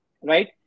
right